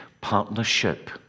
partnership